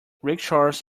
rickshaws